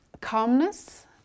calmness